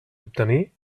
obtenir